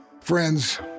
Friends